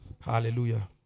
Hallelujah